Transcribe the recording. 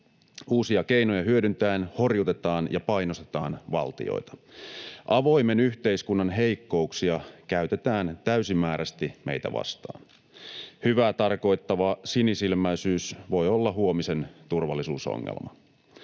Uusia keinoja hyödyntäen horjutetaan ja painostetaan valtioita. Avoimen yhteiskunnan heikkouksia käytetään täysimääräisesti meitä vastaan. Hyvää tarkoittava sinisilmäisyys voi olla huomisen turvallisuusongelma.